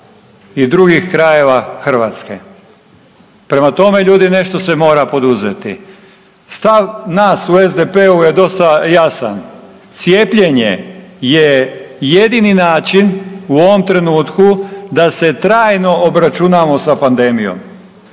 i drugih krajeva Hrvatske. Prema tome ljudi nešto se mora poduzeti. Stav nas u SDP-u je dosta jasan, cijepljenje je jedini način u ovom trenutku da se trajno obračunamo sa pandemijom.